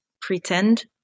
pretend